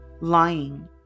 Lying